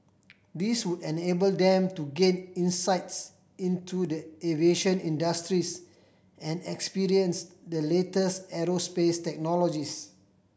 this would enable them to gain insights into the aviation industries and experience the latest aerospace technologies